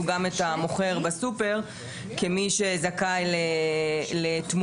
גם את המוכר בסופרמרקט כמי שזכאי לתמורה.